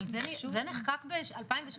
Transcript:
אבל זה נחקק ב-2017.